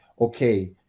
okay